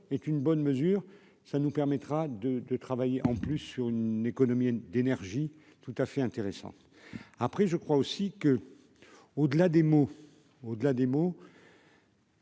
est une bonne mesure, ça nous permettra de de travailler en plus sur une économie d'énergie, tout à fait intéressant après je crois aussi que, au-delà des mots,